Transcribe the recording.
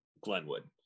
Glenwood